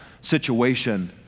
situation